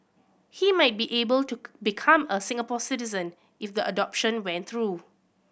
he might be able to become a Singapore citizen if the adoption went through